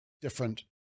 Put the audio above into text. different